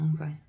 okay